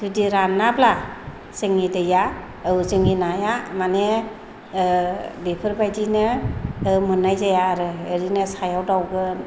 जुदि रानाब्ला जोंनि दैया औ जोंनि नाया माने बेफोरबायदिनो मोननाय जाया आरो ओरैनो सायाव दावगोन